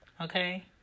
Okay